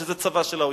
שזה הצבא של האויב,